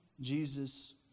Jesus